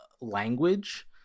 language